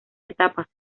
etapas